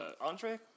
entree